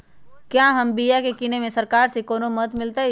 क्या हम बिया की किने में सरकार से कोनो मदद मिलतई?